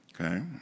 okay